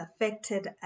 affected